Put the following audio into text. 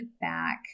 back